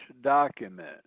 document